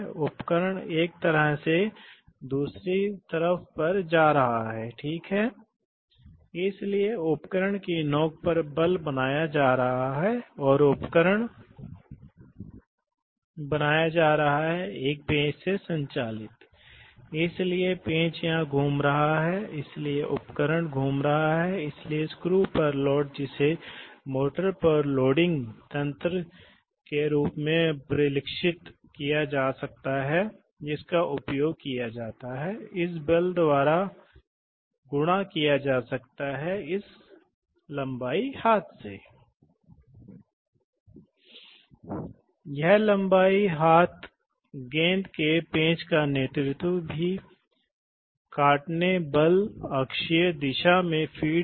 तो यह सिलेंडर में स्वतंत्र रूप से और फिर बाहर आते समय प्रवाहित होगा इसलिए शुरू में बाहर आते समय यह देखेगा कि यह एक कैम संचालित है यह एक कैम है वास्तव में यह कैम और ये मैकेनिकल लिंकेज हैं इसलिए ये इसलिए शुरू में यह कैम संचालित नहीं है इसलिए यह स्थिति है इसलिए यह वाल्व के माध्यम से बहता है और लौटता है और इस रास्ते से बहता है इसलिए प्रवाह दर f2 है कभी कभी जब यह एक्ट्यूएटर निकलता है तो यह है कैम को संचालित करने जा रहा है इसलिए काम करता है यह कैम को संचालित करेगा और फिर कैम शिफ्ट होगा